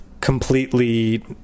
completely